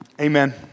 Amen